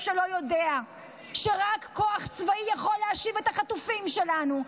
שלא יודע שרק כוח צבאי יכול להשיב את החטופים שלנו.